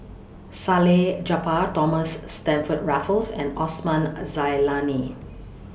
Salleh Japar Thomas Stamford Raffles and Osman A Zailani